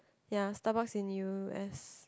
ya Starbucks in u_s